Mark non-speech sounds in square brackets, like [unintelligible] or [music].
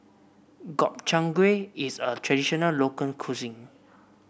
Gobchang Gui is a traditional [unintelligible] cuisine